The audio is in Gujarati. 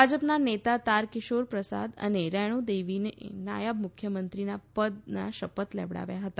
ભાજપના નેતા તારકિશોર પ્રસાદ અને રેણુ દેવીને નાયબ મુખ્યમંત્રી પદના શપથ લેવડાવાયા હતા